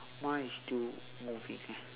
mine is still moving eh